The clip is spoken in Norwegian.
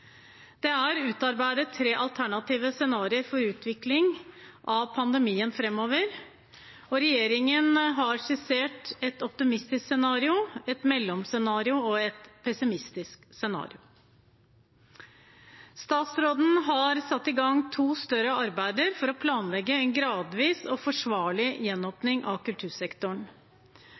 Det er utarbeidet tre alternative scenarioer for utvikling av pandemien framover, og regjeringen har skissert ett optimistisk scenario, ett mellomscenario og ett pessimistisk scenario. Statsråden har satt i gang to større arbeider for å planlegge en gradvis og forsvarlig gjenåpning av kultursektoren.